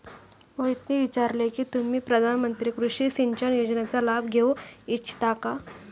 मोहितने विचारले की तुम्ही प्रधानमंत्री कृषि सिंचन योजनेचा लाभ घेऊ इच्छिता का?